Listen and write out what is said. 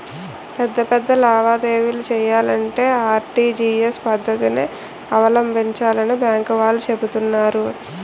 పెద్ద పెద్ద లావాదేవీలు చెయ్యాలంటే ఆర్.టి.జి.ఎస్ పద్దతినే అవలంబించాలని బాంకు వాళ్ళు చెబుతున్నారు